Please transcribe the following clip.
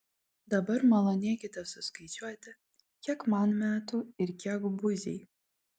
dabar malonėkite suskaičiuoti kiek man metų ir kiek buziai